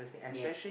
yes